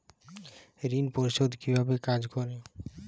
ঋণ পরিশোধ কিভাবে কাজ করে?